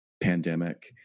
pandemic